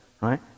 right